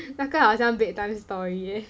那个好像 bedtime story eh